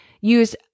use